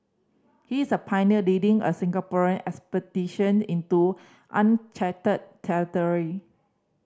he's a pioneer leading a Singaporean expedition into uncharted territory